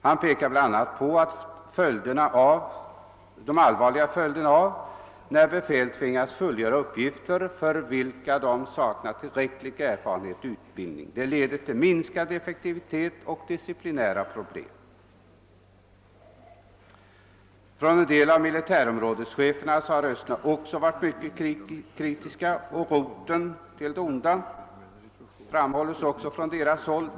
Han pekar bl.a. på de allvarliga följderna av att befälet tvingas fullgöra uppgifter för vilka man saknar tillräcklig erfarenhet och utbildning. Det leder till minskad effektivitet och till disciplinära problem. En del militärområdeschefer har också höjt mycket kritiska röster. Roten till det onda är befälsbristen, framhålles samstämmigt från deras håll.